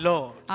Lord